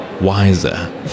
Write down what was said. wiser